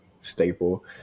staple